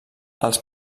als